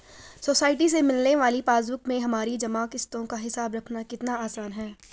society से मिलने वाली पासबुक में हमारी जमा किश्तों का हिसाब रखना कितना आसान है